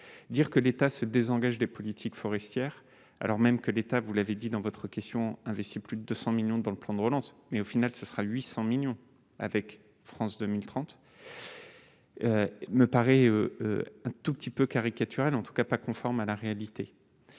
dire que l'État se désengage des politiques forestières, alors même que l'État, vous l'avez dit dans votre question, investi plus de 200 millions dans le plan de relance, mais au final, ce sera 800 millions avec France 2030, me paraît un tout petit peu caricaturale, en tout cas pas conforme à la réalité,